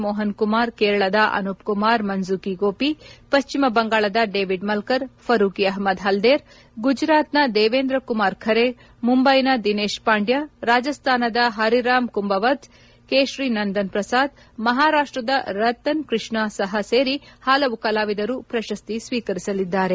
ಮೋಹನ್ ಕುಮಾರ್ ಕೇರಳದ ಅನೂಪ್ ಕುಮಾರ್ ಮನ್ಝುಕಿ ಗೋಪಿ ಪಶ್ಚಿಮ ಬಂಗಾಳದ ಡೇವಿಡ್ ಮಲ್ಕರ್ ಫರೂಕಿ ಅಹಮ್ಮದ್ ಹಲ್ಲೇರ್ ಗುಜರಾತ್ನ ದೇವೇಂದ್ರ ಕುಮಾರ್ ಖರೆ ಮುಂಬೈನ ದಿನೇತ್ ಪಾಂಡ್ಕ ರಾಜಸ್ತಾನದ ಹರಿರಾಮ್ ಕುಂಬವತ್ ಕೇಶರಿ ನಂದನ್ ಪ್ರಸಾದ್ ಮಹಾರಾಷ್ಷದ ರತನ್ ಕೃಷ್ಣ ಸಹ ಸೇರಿ ಹಲವು ಕಲಾವಿದರು ಪ್ರಶಸ್ತಿ ಸ್ವೀಕರಿಸಲಿದ್ದಾರೆ